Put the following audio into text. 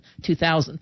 2000